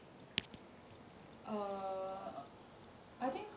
err I think